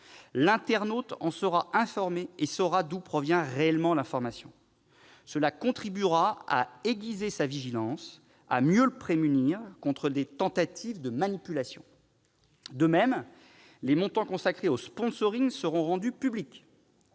l'internaute en sera informé et saura d'où provient réellement l'information. Cela contribuera à aiguiser sa vigilance et à mieux le prémunir contre des tentatives de manipulation. De même, les montants consacrés au seront rendus publics.